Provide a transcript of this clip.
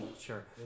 Sure